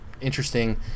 interesting